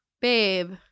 babe